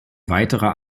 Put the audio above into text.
weiterer